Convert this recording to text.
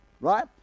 Right